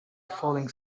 falling